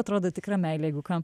atrodo tikra meilė jeigu ką